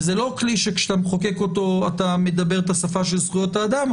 וזה לא כלי שכאשר אתה מחוקק אותו אתה מדבר את השפה של זכויות האדם,